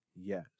Yes